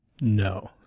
No